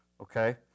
Okay